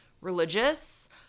religious